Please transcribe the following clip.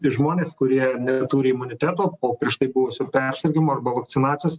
tai žmonės kurie neturi imuniteto po prieš tai buvusio persirgimo arba vakcinacijos